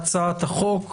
בהצעת החוק.